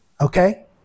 okay